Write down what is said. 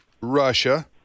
Russia